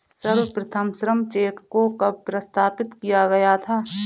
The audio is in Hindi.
सर्वप्रथम श्रम चेक को कब प्रस्तावित किया गया था?